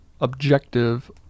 objective